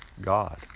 God